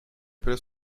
appela